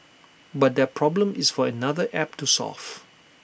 but that problem is for another app to solve